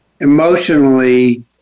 emotionally